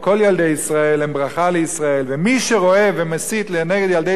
ומי שרואה ומסית נגד ילדי תלמודי-התורה כסכנה קיומית,